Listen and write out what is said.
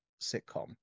sitcom